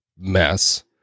mess